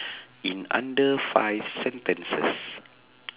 in under five sentences